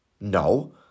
No